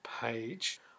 page